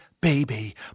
baby